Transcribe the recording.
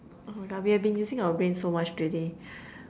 oh my god we have been using our brain so much today